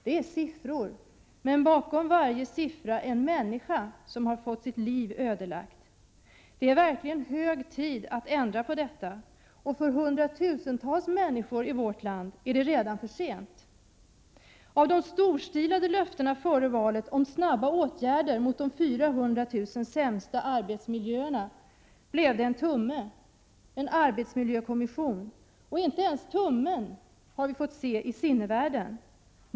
Det är siffror, men bakom varje siffra finns en människa, som fått sitt liv ödelagt. Det är verkligen hög tid att ändra på detta; för hundratusentals människor i vårt land är det redan för sent. Av de storstilade löftena före valet om snabba åtgärder mot de 400 000 sämsta arbetsmiljöerna blev det en tumme: en arbetsmiljökommission. Och inte ens tummen har vi ännu fått se i sinnevärlden.